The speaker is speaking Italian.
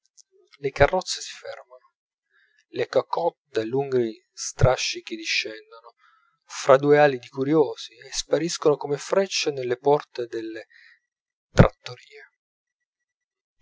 le carrozze si fermano le cocottes dai lunghi strascichi discendono fra due ali di curiosi e spariscono come freccie nelle porte delle trattorie